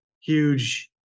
huge